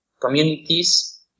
communities